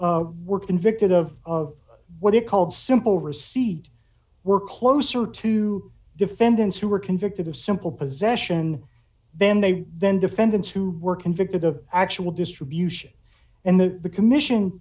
who were convicted of what it called simple receipt were closer to defendants who were convicted of simple possession then they then defendants who were convicted of actual distribution and the commission